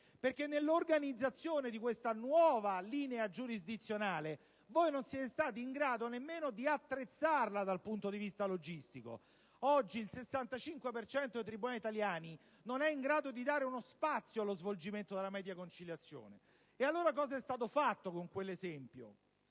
Perché nell'organizzazione di questa nuova linea giurisdizionale, voi non siete stati in grado nemmeno di attrezzarla dal punto di vista logistico. Oggi il 65 per cento dei tribunali italiani non è in grado di dare uno spazio allo svolgimento della media conciliazione. Allora, cos'è stato fatto con quell'esempio?